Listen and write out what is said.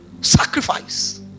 Sacrifice